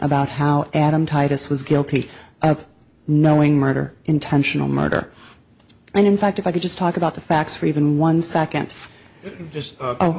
about how adam titus was guilty of knowing murder intentional murder and in fact if i could just talk about the facts for even one second o